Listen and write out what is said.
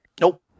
Nope